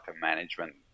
management